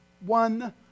One